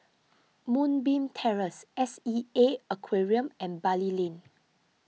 Moonbeam Terrace S E A Aquarium and Bali Lane